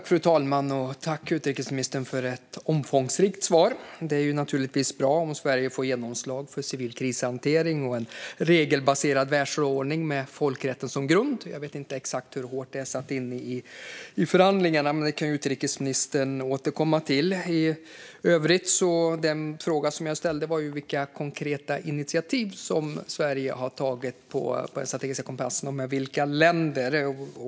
Fru talman! Tack, utrikesministern, för ett omfångsrikt svar! Det är naturligtvis bra om Sverige får genomslag för civil krishantering och en regelbaserad världsordning med folkrätten som grund. Jag vet inte exakt hur hårt detta satt inne i förhandlingarna, men det kan utrikesministern återkomma till. Den fråga jag ställde var vilka konkreta initiativ som Sverige har tagit när det gäller den strategiska kompassen och med vilka länder.